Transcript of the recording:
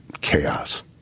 chaos